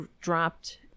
dropped